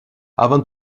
avant